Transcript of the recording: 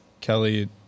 Kelly